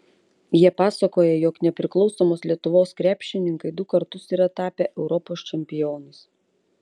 jie pasakoja jog nepriklausomos lietuvos krepšininkai du kartus yra tapę europos čempionais